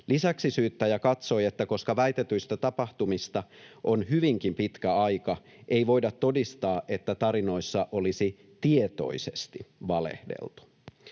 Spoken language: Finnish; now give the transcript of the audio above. Lisäksi syyttäjä katsoi, että koska väitetyistä tapahtumista on hyvinkin pitkä aika, ei voida todistaa, että tarinoissa olisi tietoisesti valehdeltu.